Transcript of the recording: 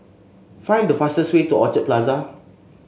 find the fastest way to Orchard Plaza